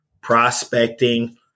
prospecting